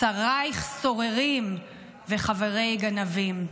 "שריך סוררים וחברי גנבים".